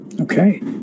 okay